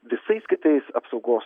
visais kitais apsaugos